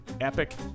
epic